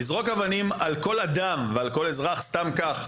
לזרוק אבנים על כל אדם ועל כל אזרח סתם כך,